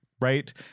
right